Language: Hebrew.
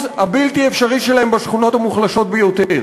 הבלתי-אפשרי שלהם בשכונות המוחלשות ביותר,